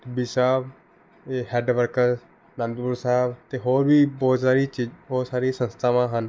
ਟਿੱਬੀ ਸਾਹਿਬ ਇਹ head works Anandpur Sahib ਅਤੇ ਹੋਰ ਵੀ ਬਹੁਤ ਸਾਰੀਆਂ ਚੀ ਬਹੁਤ ਸਾਰੀ ਸੰਸਥਾਵਾਂ ਹਨ